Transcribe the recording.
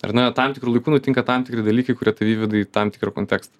ar ne tam tikru laiku nutinka tam tikri dalykai kurie tik tave įveda į tam tikrą kontekstą